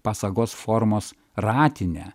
pasagos formos ratinę